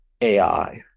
AI